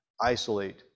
isolate